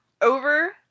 over